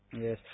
yes